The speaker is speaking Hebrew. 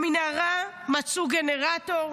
במנהרה מצאו גנרטור,